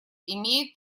имеет